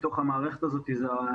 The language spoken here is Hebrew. בתוך המערכת הזאת זה ההורים.